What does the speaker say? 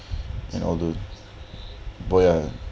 and all those boy ya